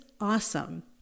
awesome